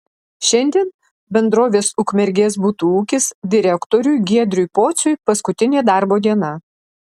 šiandien bendrovės ukmergės butų ūkis direktoriui giedriui pociui paskutinė darbo diena